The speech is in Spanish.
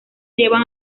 llevan